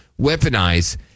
weaponize